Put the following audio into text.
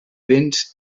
béns